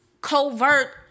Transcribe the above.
covert